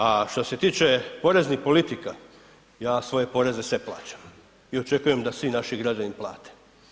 A što se tiče poreznih politika, ja svoje poreze sve plaćam i očekujem da svi naši građani plate.